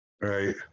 right